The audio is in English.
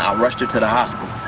um rushed her to the hospital.